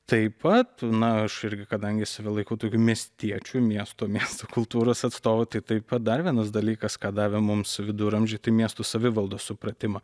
taip pat na aš irgi kadangi save laikau tokiu miestiečių miesto miesto kultūros atstovu tai taip pat dar vienas dalykas ką davė mums viduramžiai miestų savivaldos supratimą